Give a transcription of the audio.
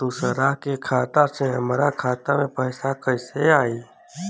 दूसरा के खाता से हमरा खाता में पैसा कैसे आई?